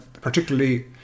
particularly